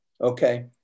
Okay